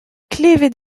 klevet